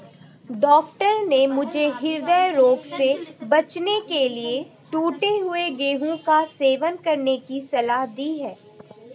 doctor ने मुझे हृदय रोग से बचने के लिए टूटे हुए गेहूं का सेवन करने की सलाह दी है